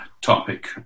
topic